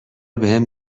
بهم